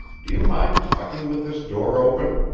do you mind talking with this door open?